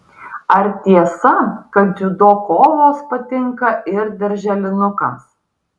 ar tiesa kad dziudo kovos patinka ir darželinukams